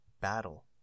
battle